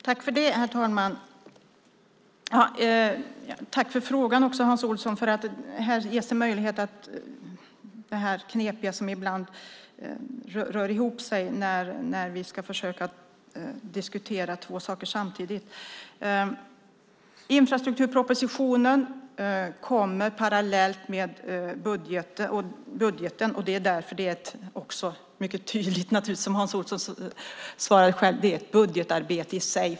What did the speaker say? Herr talman! Jag tackar Hans Olsson för frågan. Ibland rör det ihop sig när vi ska diskutera två saker samtidigt. Infrastrukturpropositionen kommer parallellt med budgeten. Det är ett budgetarbete i sig.